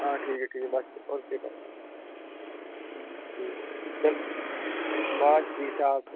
हां ठीक ऐ ठीक ऐ बस होर केह् चलदा ठीक ऐ बस ठीक ठाक